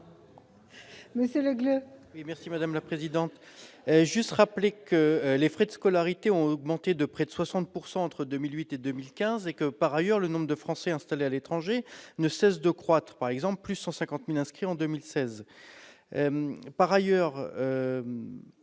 Monsieur Le Gleut,